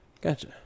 gotcha